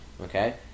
okay